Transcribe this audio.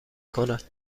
کند